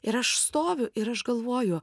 ir aš stoviu ir aš galvoju